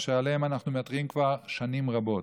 אשר עליהם אנחנו מתריעים כבר שנים רבות.